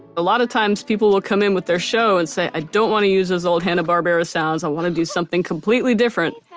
a lot of times people will come in with their show and say, i don't want to use those old hanna barbera sounds, i want to do something completely different.